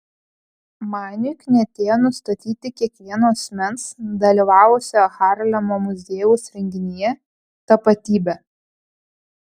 maniui knietėjo nustatyti kiekvieno asmens dalyvavusio harlemo muziejaus renginyje tapatybę